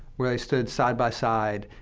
where they stood side by side,